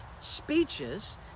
speeches